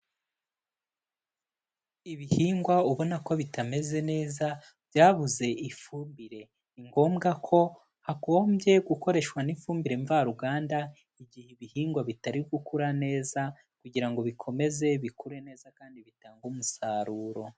Ibihingwa ubona ko bitameze neza byabuze ifumbire, ni ngombwa ko hagombye gukoreshwa n'ifumbire mvaruganda igihe ibihingwa bitari gukura neza kugira ngo bikomeze bikure neza kandi bitange umusaruro.